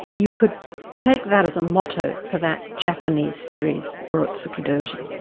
you could take that as a motto for that japanese series, urotsukidoji.